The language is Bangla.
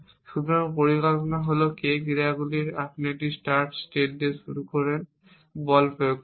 সুতরাং পরিকল্পনা হল k ক্রিয়াগুলির আপনি একটি স্টার্ট সেট দিয়ে শুরু করেন বল ক্রিয়া প্রয়োগ করুন